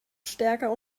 stärker